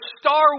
star